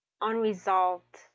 unresolved